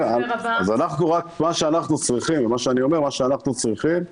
מה שאנחנו צריכים זה